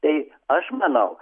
tai aš manau